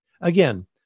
Again